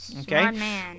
Okay